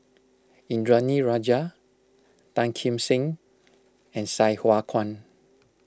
Indranee Rajah Tan Kim Seng and Sai Hua Kuan